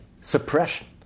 suppression